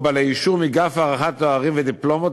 או בעלי אישור מגף הערכת תארים ודיפלומות,